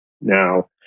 Now